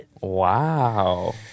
Wow